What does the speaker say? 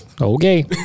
Okay